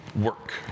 work